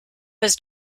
was